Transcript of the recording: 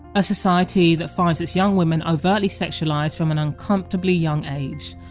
a society that finds its young women overtly sexualised from an uncomfortably young age,